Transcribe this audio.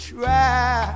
Try